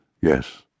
Yes